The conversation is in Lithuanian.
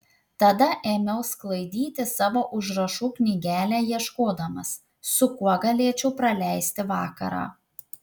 tada ėmiau sklaidyti savo užrašų knygelę ieškodamas su kuo galėčiau praleisti vakarą